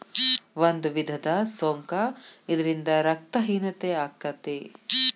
ಒಂದು ವಿಧದ ಸೊಂಕ ಇದರಿಂದ ರಕ್ತ ಹೇನತೆ ಅಕ್ಕತಿ